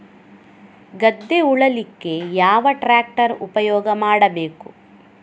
ಗದ್ದೆ ಉಳಲಿಕ್ಕೆ ಯಾವ ಟ್ರ್ಯಾಕ್ಟರ್ ಉಪಯೋಗ ಮಾಡಬೇಕು?